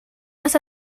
las